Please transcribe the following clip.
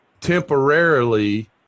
temporarily